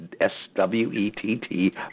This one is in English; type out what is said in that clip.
S-W-E-T-T